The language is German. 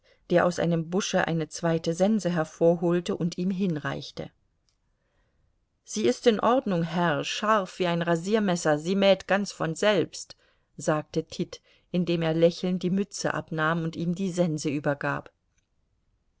der aus einem busche eine zweite sense hervorholte und ihm hinreichte sie ist in ordnung herr scharf wie ein rasiermesser sie mäht ganz von selbst sagte tit indem er lächelnd die mütze abnahm und ihm die sense übergab